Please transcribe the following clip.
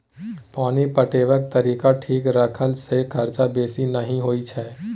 पानि पटेबाक तरीका ठीक रखला सँ खरचा बेसी नहि होई छै